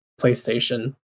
PlayStation